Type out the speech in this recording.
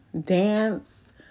dance